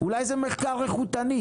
מחקר איכותני,